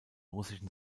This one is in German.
russischen